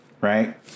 Right